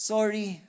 Sorry